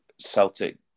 Celtic